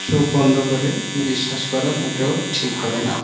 চোখ বন্ধ করে বিশ্বাস করা মোটেও ঠিক হবে না